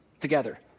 together